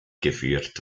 geführt